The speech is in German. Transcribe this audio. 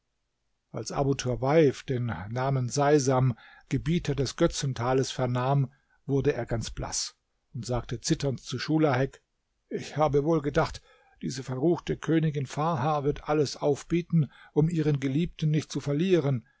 als abu tawaif den namen seisam gebieter des götzentales vernahm wurde er ganz blaß und sagte zitternd zu schulahek ich habe wohl gedacht diese verruchte königin farha wird alles aufbieten um ihren geliebten nicht zu verlieren